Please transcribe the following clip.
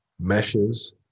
meshes